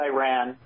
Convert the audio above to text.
Iran